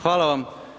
Hvala vam.